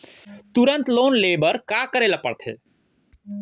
तुरंत लोन ले बर का करे ला पढ़थे?